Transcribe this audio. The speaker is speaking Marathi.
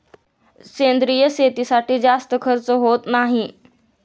सेंद्रिय शेतीसाठी जास्त खर्च होत नाही